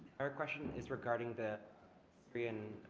our question is regarding the free and